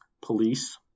police